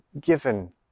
given